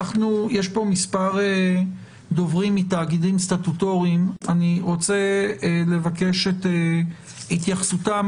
יש כאן מספר דוברים מתאגידים סטטוטוריים ואני רוצה לבקש את התייחסותם.